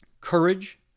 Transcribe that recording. courage